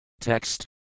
Text